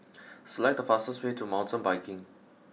select the fastest way to Mountain Biking